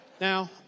Now